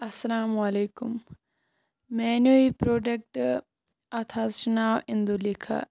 السلام علیکم مےٚ اَنیو یہِ پُروڈَکٹ اَتھ حظ چھُ ناو اِندوٗلیکھا